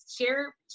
Share